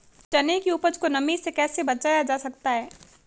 चने की उपज को नमी से कैसे बचाया जा सकता है?